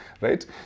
right